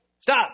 stop